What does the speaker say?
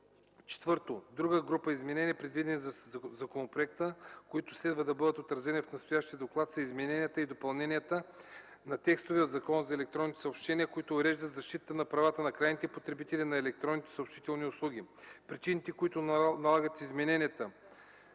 ІV. Друга група изменения, предвидени със законопроекта, които следва да бъдат отразени в настоящия доклад, са измененията и допълненията на текстовете от Закона за електронните съобщения, които уреждат защитата на правата на крайните потребители на електронни съобщителни услуги. Причините, които налагат извършването